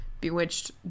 bewitched